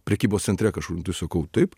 prekybos centre kažkur sakau taip